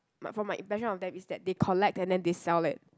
my from my impression of them is that they collect and then they sell it